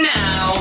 now